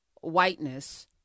whiteness